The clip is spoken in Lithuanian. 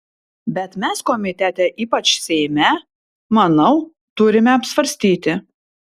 bet mes komitete ypač seime manau turime apsvarstyti